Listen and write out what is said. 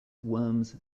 worms